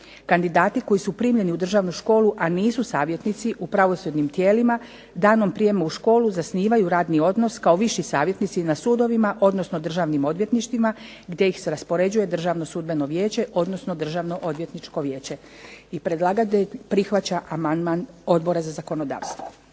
Kandidati koji su primljeni u državnu školu, a nisu savjetnici u pravosudnim tijelima danom prijema u školu zasnivaju radni odnos kao viši savjetnici na sudovima odnosno državnim odvjetništvima gdje ih raspoređuje Državno sudbeno vijeće, odnosno Državno odvjetničko vijeće. I predlagatelj prihvaća amandman Odbora za zakonodavstvo.